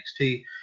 NXT